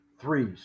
threes